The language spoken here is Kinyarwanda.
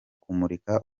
kumurika